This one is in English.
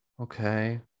Okay